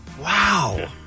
Wow